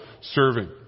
serving